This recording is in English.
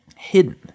hidden